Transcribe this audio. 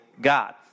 God